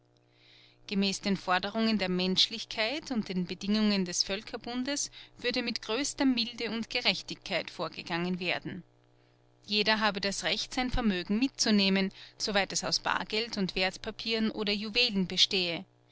gemäß den forderungen der menschlichkeit und den bedingungen des völkerbundes würde mit größter milde und gerechtigkeit vorgegangen werden jeder habe das recht sein vermögen mitzunehmen soweit es aus bargeld und wertpapieren oder juwelen bestehe